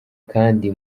kandi